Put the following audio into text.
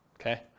okay